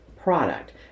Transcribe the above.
Product